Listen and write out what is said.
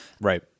right